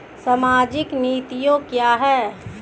सामाजिक नीतियाँ क्या हैं?